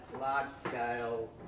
large-scale